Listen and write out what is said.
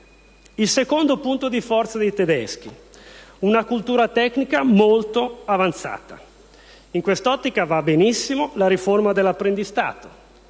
Il secondo punto di forza dei tedeschi: una cultura tecnica molto avanzata. In quest'ottica va benissimo la riforma dell'apprendistato.